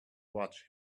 watch